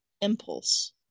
impulse